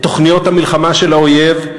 את תוכניות המלחמה של האויב,